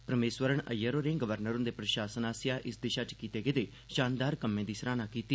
परमेसवरण अय्यर होरें गवर्नर हुंदे प्रशासन आसेआ इस दिशा च कीते गेदे शानदार कम्में दी सराहना कीती